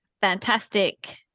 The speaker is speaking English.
fantastic